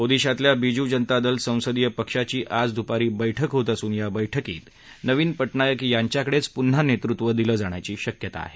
ओदिशातल्या बिजू जनता दल संसदीय पक्षाची आज दुपारी बैठक होत असून या बैठकीत नवीन पटनायक यांच्याकडेच पुन्हा नेतृत्व दिलं जाण्याची शक्यता आहे